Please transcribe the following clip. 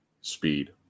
Speed